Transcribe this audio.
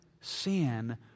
sin